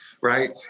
right